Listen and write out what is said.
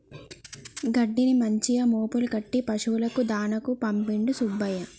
గడ్డిని మంచిగా మోపులు కట్టి పశువులకు దాణాకు పంపిండు సుబ్బయ్య